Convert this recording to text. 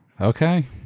Okay